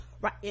right